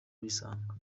bisanga